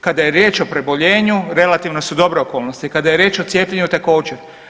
Kada je riječ o preboljenju, relativno su dobre okolnosti, kada je riječ o cijepljenju, također.